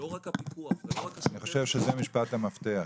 לא רק הפיקוח ולא רק --- אני חושב שזה משפט המפתח,